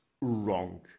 wrong